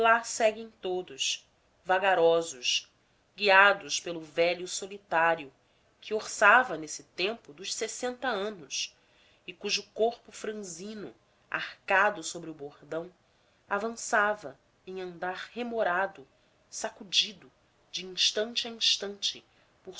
seguem todos vagarosos guiados pelo velho solitário que orçava nesse tempo dos sessenta anos e cujo corpo franzino arcado sobre o bordão avançava em andar remorado sacudido de instante a instante por